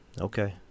Okay